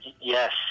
yes